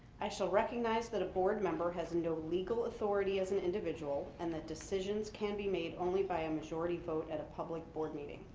i shall recognize that a board member has no legal authority as an individual and that decisions can be made only by a majority vote at a public board meeting.